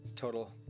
Total